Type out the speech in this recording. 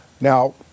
Now